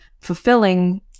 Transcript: fulfilling